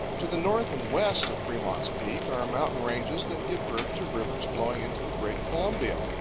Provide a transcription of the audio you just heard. to the north and west of fremont's peak are mountain ranges that give birth to rivers flowing into the great columbia.